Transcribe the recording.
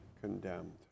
condemned